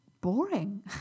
boring